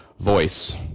voice